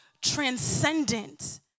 transcendent